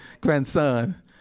grandson